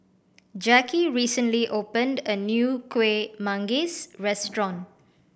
Jacki recently opened a new Kueh Manggis restaurant